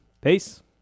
peace